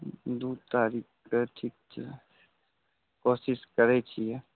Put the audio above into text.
दू तारीखकेँ ठीक छै कोशिश करैत छियै